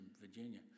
Virginia